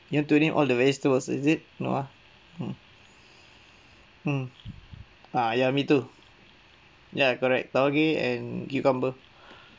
you have tuning all the ways towards is it no ah mm mm uh ya me too ya correct taugeh and cucumber